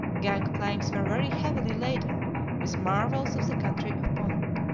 gang-planks were very heavily laden with marvels of the country of punt.